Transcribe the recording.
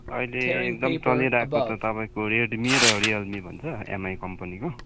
अहिले एकदम चलिरहेको त तपाईँको रेडमी र रियलमी भन्छ एमआई कम्पनीको